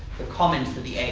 the comments of the